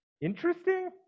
interesting